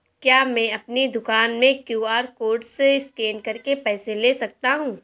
क्या मैं अपनी दुकान में क्यू.आर कोड से स्कैन करके पैसे ले सकता हूँ?